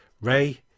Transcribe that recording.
Ray